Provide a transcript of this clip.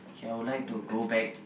I would like to go back